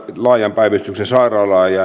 laajan päivystyksen sairaalaa